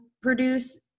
produce